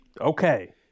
okay